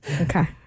Okay